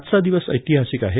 आजचा दिवस ऐतिहासिक आहे